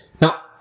Now